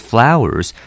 Flowers